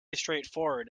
straightforward